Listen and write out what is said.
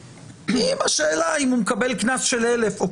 אכיפה, אין כלום.